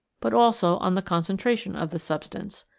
but also on the concentration of the substance.